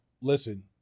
Listen